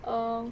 um